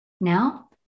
Now